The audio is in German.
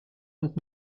und